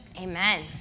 Amen